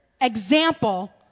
example